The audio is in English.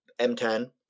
M10